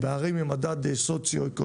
בערים עם מדד סוציו-אקונומי